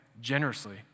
generously